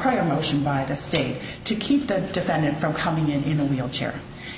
prior motion by the state to keep the defendant from coming in in a wheelchair